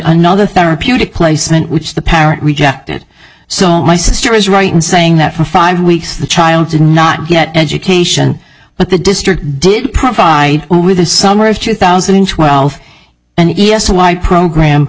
another therapeutic placement which the parent rejected so my sister is right in saying that for five weeks the child did not get education but the district did provide over the summer of two thousand and twelve and yes why program